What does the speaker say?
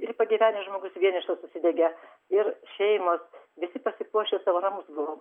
ir pagyvenęs žmogus vienišas užsidegė ir šeimos visi pasipuošę savo namus buvo